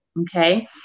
Okay